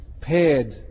Paired